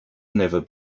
never